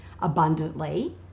abundantly